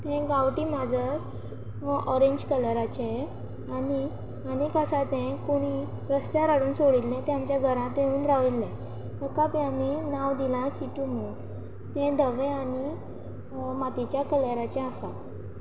तें गांवठी माजर ऑरेंज कलराचे आनी आनीक आसा तें कोणी रस्त्यार हाडून सोडिल्लें तें आमच्या घरांत येवन राविल्ले ताका बी आमी नांव दिलां किटू म्हूण तें धवे आनी मातयेच्या कलराचें आसा